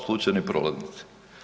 Slučajni prolaznici.